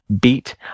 beat